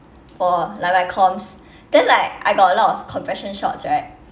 for like my comms then like I got a lot of compression shorts right